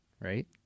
right